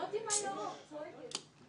זאת עם הירוק צועקת.